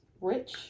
rich